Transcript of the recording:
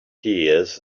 tears